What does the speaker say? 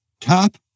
top